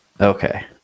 Okay